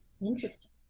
Interesting